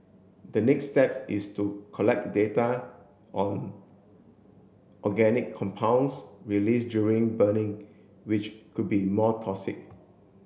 the next steps is to collect data on organic compounds released during burning which could be more toxic